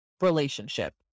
relationship